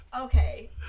okay